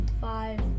five